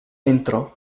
entrò